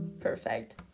perfect